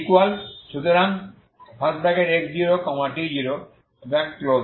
সুতরাং x0t0